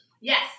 Yes